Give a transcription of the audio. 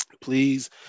please